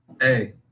Hey